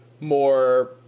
more